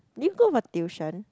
did you go for tuition